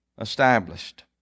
established